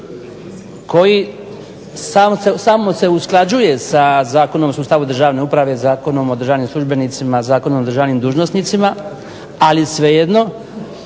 koji samo se usklađuje sa Zakonom o sustavu državne uprave, Zakonom o državnim službenicima, Zakonom o državnim dužnosnicima. Ali svejedno